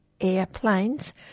airplanes